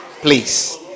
please